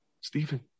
Stephen